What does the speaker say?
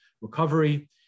recovery